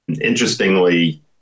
interestingly